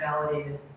validated